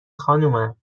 خانومم